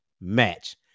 match